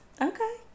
Okay